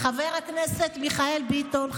חבר הכנסת מיכאל ביטון,